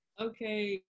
Okay